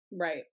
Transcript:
Right